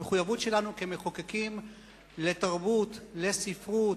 המחויבות שלנו כמחוקקים לתרבות, לספרות,